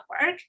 work